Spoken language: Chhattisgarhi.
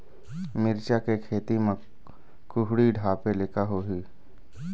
मिरचा के खेती म कुहड़ी ढापे ले का होही?